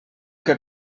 que